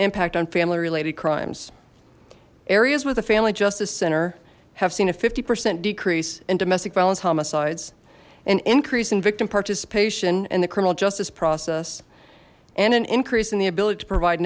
impact on family related crimes areas with the family justice center have seen a fifty percent decrease in domestic violence homicides an increase in victim participation in the criminal justice process and an increase in the ability to provide